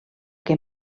que